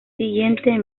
siguiente